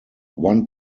one